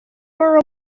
were